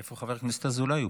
איפה חבר הכנסת אזולאי?